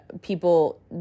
People